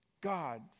God